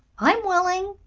i'm willing,